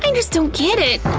um just don't get it!